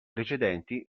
precedenti